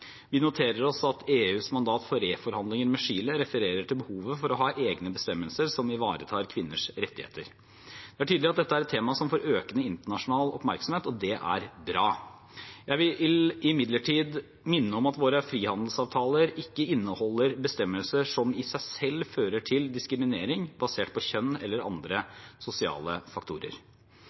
Vi noterer oss at EUs mandat for reforhandlinger med Chile refererer til behovet for å ha egne bestemmelser som ivaretar kvinners rettigheter. Det er tydelig at dette er et tema som får økende internasjonal oppmerksomhet. Det er bra. Jeg vil imidlertid minne om at våre frihandelsavtaler ikke inneholder bestemmelser som i seg selv fører til diskriminering basert på kjønn eller andre sosiale faktorer.